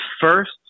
first